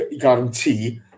guarantee